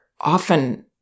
often